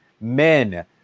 men